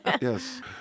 Yes